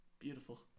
Beautiful